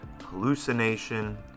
hallucination